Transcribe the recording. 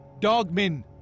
Dogmen